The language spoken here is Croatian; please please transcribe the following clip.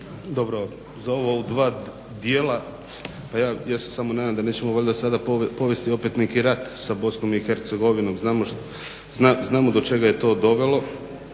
Dobro, za ovo u dva dijela, ja se samo nadam da nećemo valjda sada povesti opet neki rat sa BiH, znamo do čega je to dovelo